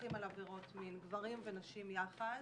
הדיווחים על עבירות מין, גברים ונשים יחד,